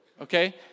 okay